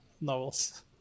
novels